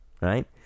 right